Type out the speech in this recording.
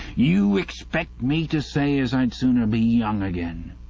you expect me to say as i'd sooner be young again.